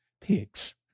pigs